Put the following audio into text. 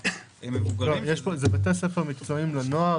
זה בתי ספר מקצועיים לנוער.